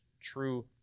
true